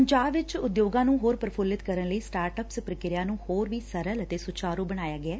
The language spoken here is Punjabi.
ਪੰਜਾਬ ਵਿਚ ਉਦਯੋਗਾਂ ਨੂੰ ਹੋਰ ਪ੍ਰਫੁਲਿਤ ਕਰਨ ਲਈ ਸਟਾਅੱਪ ਪ੍ਰਕਿਰਿਆ ਨੂੰ ਹੋਰ ਵੀ ਸਰਲ ਅਤੇ ਸੁਚਾਰੁ ਬਣਾਇਆ ਗਿਐ